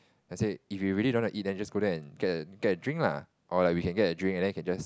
I said if you really don't want to eat then just go there and and get a get a drink lah or like we can get a drink and then can just